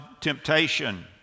temptation